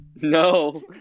No